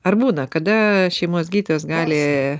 ar būna kada šeimos gydytojas gali